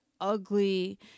ugly